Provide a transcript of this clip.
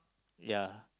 ya